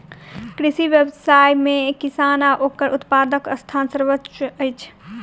कृषि व्यवसाय मे किसान आ ओकर उत्पादकक स्थान सर्वोच्य अछि